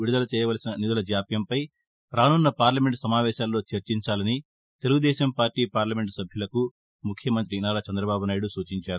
విడుదల చేయవలసిన నిధుల జావ్యంపై రానున్న పార్లమెంట్ సమావేశాల్లో చర్చించాలని తెలుగుదేశం పార్టీ పార్లమెంటు నభ్యులకు ముఖ్యమంతి నారాచందబాబు నాయుడు సూచించారు